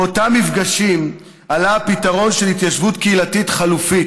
באותם מפגשים עלה הפתרון של התיישבות קהילתית חלופית.